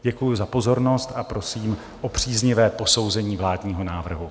Děkuji za pozornost a prosím o příznivé posouzení vládního návrhu.